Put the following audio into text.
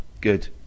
good